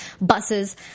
buses